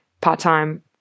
part-time